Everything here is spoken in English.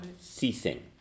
ceasing